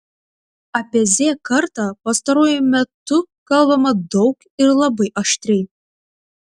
apie z kartą pastaruoju metu kalbama daug ir labai aštriai